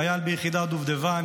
חייל ביחידת דובדבן,